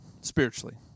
spiritually